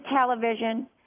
television